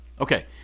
Okay